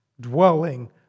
dwelling